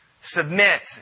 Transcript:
Submit